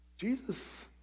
Jesus